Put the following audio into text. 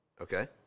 okay